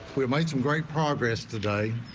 we made some great progress today.